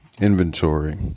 Inventory